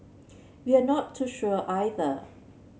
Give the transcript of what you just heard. we are not too sure either